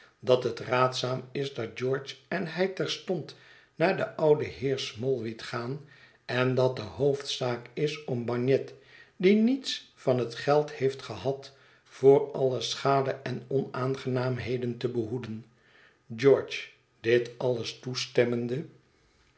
dat het raadzaam is dat george en hij terstond naar den ouden heer smallweed gaan en dat de hoofdzaak is om bagnet die niets van het geld heeft gehad voor alle schade en onaangenaamheden te behoeden george dit alles toestemmende